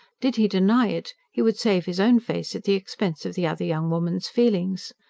did he deny it, he would save his own face at the expense of the other young woman's feelings.